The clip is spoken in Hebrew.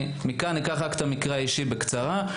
מכאן אני אקח את המקרה האישי בקצרה: